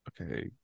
okay